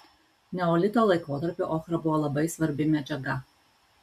neolito laikotarpiu ochra buvo labai svarbi medžiaga